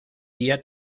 día